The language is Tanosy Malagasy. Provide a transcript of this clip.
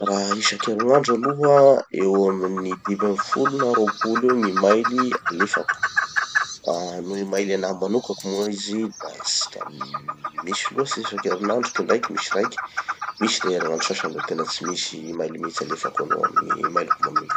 Raha isankerinandro aloha eo amin'ny dimy amby folo na ropolo eo gny email alefako. Ah no email anaha manokako moa izy da tsy da misy loatsy isankerinandro, kindraiky misy raiky. Misy da herinandro sasany da tena tsy misy email mihitsy alefako aloha amin'ny email-ko manoka.